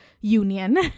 union